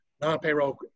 non-payroll